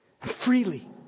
freely